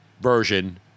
version